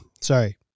sorry